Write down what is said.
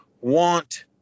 want